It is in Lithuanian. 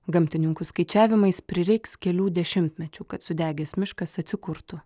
gamtininkų skaičiavimais prireiks kelių dešimtmečių kad sudegęs miškas atsikurtų